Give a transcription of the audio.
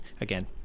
again